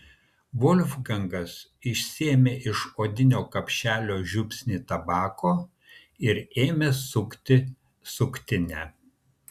volfgangas išsiėmė iš odinio kapšelio žiupsnį tabako ir ėmė sukti suktinę